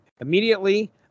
Immediately